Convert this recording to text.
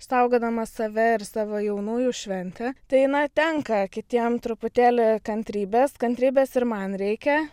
saugodama save ir savo jaunųjų šventę tai na tenka kitiem truputėlį kantrybės kantrybės ir man reikia